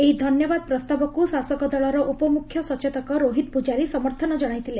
ଏହି ଧନ୍ୟବାଦ ପ୍ରସ୍ତାବକୁ ଶାସକ ଦଳର ଉପମୁଖ୍ୟସଚେତକ ରୋହିତ ପୂକାରୀ ସମର୍ଥନ ଜଶାଇଥିଲେ